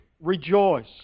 rejoice